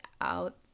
out